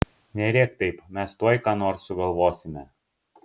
nerėk taip mes tuoj ką nors sugalvosime